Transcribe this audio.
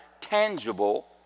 tangible